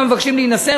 המבקשים להינשא,